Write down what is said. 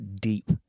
deep